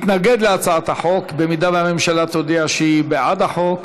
מתנגד להצעת החוק, אם הממשלה תודיע שהיא בעד החוק,